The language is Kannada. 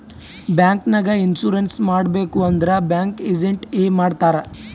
ಬ್ಯಾಂಕ್ ನಾಗ್ ಇನ್ಸೂರೆನ್ಸ್ ಮಾಡಬೇಕ್ ಅಂದುರ್ ಬ್ಯಾಂಕ್ ಏಜೆಂಟ್ ಎ ಮಾಡ್ತಾರ್